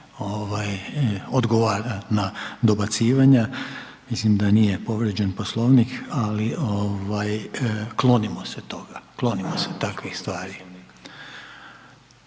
odgovara na dobacivanja, mislim da nije povrijeđen Poslovnik, ali ovaj klonimo se toga, klonimo se takvih stvari.